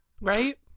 Right